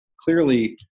clearly